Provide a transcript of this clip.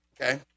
Okay